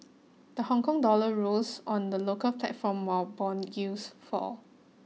the Hong Kong dollar rose on the local platform while bond yields fall